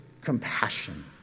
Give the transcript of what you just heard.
compassion